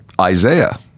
Isaiah